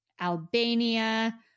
Albania